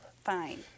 fine